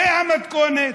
זו המתכונת.